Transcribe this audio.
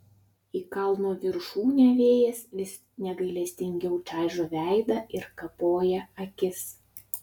į kalno viršūnę vėjas vis negailestingiau čaižo veidą ir kapoja akis